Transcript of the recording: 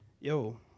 Yo